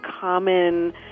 common